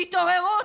תתעוררו,